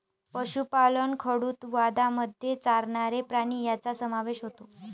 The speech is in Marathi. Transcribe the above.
पशुपालन खेडूतवादामध्ये चरणारे प्राणी यांचा समावेश होतो